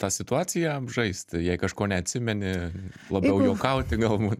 tą situaciją apžaisti jei kažko neatsimeni labiau juokauti galbūt